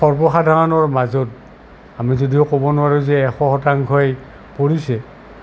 সৰ্বসাধাৰণৰ মাজত আমি যদিও ক'ব নোৱাৰোঁ যে এশ শতাংশই পৰিছে